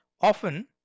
often